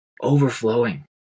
overflowing